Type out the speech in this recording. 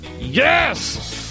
yes